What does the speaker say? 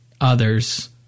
others